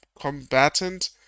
combatant